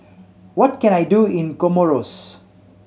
what can I do in Comoros